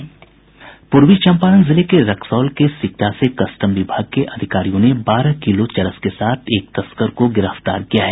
पूर्वी चंपारण जिले के रक्सौल के सिकटा से कस्टम विभाग के अधिकारियों ने बारह किलो चरस के साथ एक तस्कर को गिरफ्तार किया है